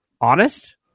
honest